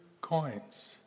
coins